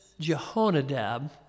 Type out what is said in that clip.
Jehonadab